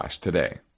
today